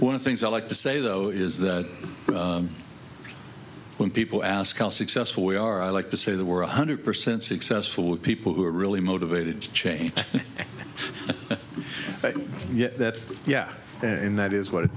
one of things i like to say though is that when people ask how successful we are i like to say that we're one hundred percent successful with people who are really motivated to change yet that's yeah and that is what it